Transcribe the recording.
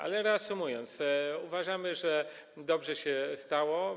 Ale reasumując, uważamy, że dobrze się stało.